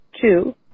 two